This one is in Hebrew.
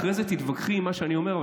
אחרי זה תתווכחי עם מה שאני אומר,